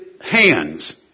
hands